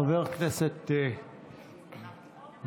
חבר הכנסת מקלב,